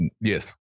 Yes